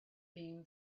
beam